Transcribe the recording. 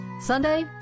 Sunday